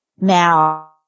Now